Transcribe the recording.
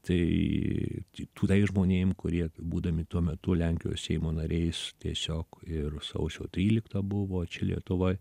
tai tais žmonėm kurie būdami tuo metu lenkijos seimo nariais tiesiog ir sausio tryliktą buvo čia lietuvoj